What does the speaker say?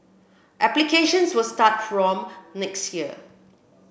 applications will start from next year